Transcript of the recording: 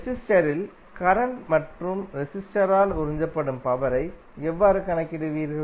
ரெசிஸ்டரில் current மற்றும் ரெசிஸ்டரால் உறிஞ்சப்படும் பவரை எவ்வாறு கணக்கிடுவீர்கள்